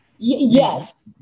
Yes